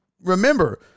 remember